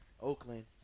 Oakland